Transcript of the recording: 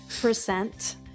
percent